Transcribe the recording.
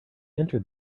entered